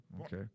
okay